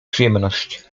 przyjemność